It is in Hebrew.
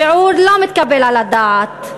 שיעור לא מתקבל על הדעת,